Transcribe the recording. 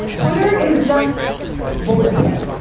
twitter is just bullet